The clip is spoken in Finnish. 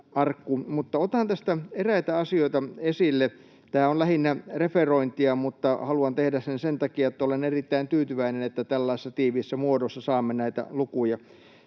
Otan tästä esille eräitä asioita. Tämä on lähinnä referointia, mutta haluan tehdä sen sen takia, että olen erittäin tyytyväinen, että tällaisessa tiiviissä muodossa saamme näitä lukuja.